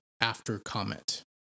after-comment